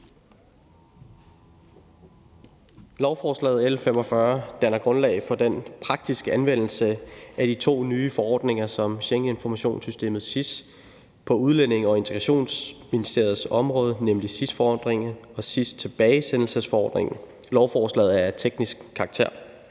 Lovforslag L 45 danner grundlag for den praktiske anvendelse af de to nye forordninger for Schengeninformationssystemet, SIS, på Udlændinge- og Integrationsministeriets område, nemlig SIS-forordningen og SIS-tilbagesendelsesforordningen. Lovforslaget er af teknisk karakter.